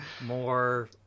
more